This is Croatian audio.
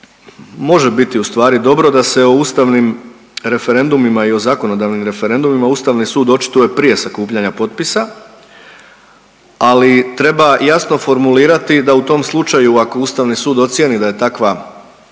može biti ustvari dobro da se o ustavnim referendumima i o zakonodavnim referendumima ustavni sud očituje prije sakupljanja potpisa, ali treba jasno formulirati da u tom slučaju ako ustavni sud ocijeni da je takva